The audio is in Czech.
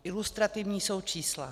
Ilustrativní jsou čísla.